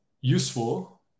useful